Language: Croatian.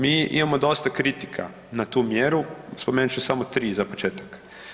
Mi imamo dosta kritika na tu mjeru, spomenut ću samo tri za početak.